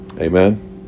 Amen